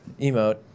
emote